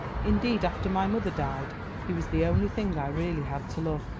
indeed after my mother died he was the only thing i really had to love,